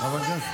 ואני לא אתן לך.